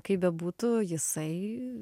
kaip bebūtų jisai